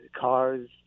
cars